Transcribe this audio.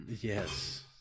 yes